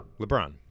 LeBron